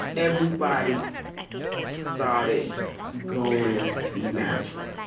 everybody started going and natural.